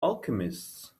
alchemists